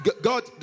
God